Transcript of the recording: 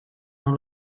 non